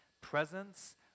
Presence